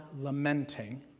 lamenting